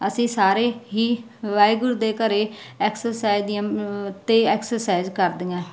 ਅਸੀਂ ਸਾਰੇ ਹੀ ਵਾਹਿਗੁਰੂ ਦੇ ਘਰੇ ਐਕਸਰਸਾਈਜ਼ ਦੀਆਂ ਅਤੇ ਐਕਸਰਸਾਈਜ਼ ਕਰਦੀਆਂ